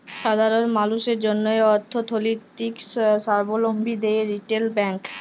সাধারল মালুসের জ্যনহে অথ্থলৈতিক সাবলম্বী দেয় রিটেল ব্যাংক